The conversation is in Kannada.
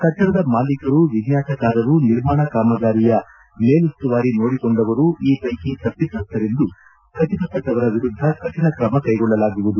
ಕಟ್ಟಡದ ಮಾಲೀಕರು ವಿನ್ಯಾಸಕಾರರು ನಿರ್ಮಾಣ ಕಾಮಗಾರಿಯ ಮೇಲುಸ್ತುವಾರಿ ನೋಡಿಕೊಂಡವರು ಈ ವೈಕಿ ತಪ್ಪಿತಸ್ಥರೆಂದು ಖಚಿತ ಪಟ್ಟವರ ವಿರುದ್ಧ ಕಠಿಣ ಕ್ರಮ ಕೈಗೊಳ್ಳಲಾಗುವುದು